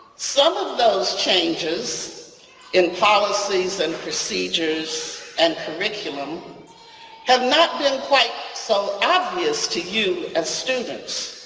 some of those changes in policies and procedures and curriculum have not been quite so obvious to you as students.